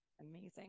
Amazing